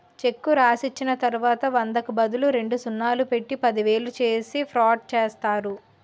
చెక్కు రాసిచ్చిన తర్వాత వందకు బదులు రెండు సున్నాలు పెట్టి పదివేలు చేసేసి ఫ్రాడ్ చేస్తారు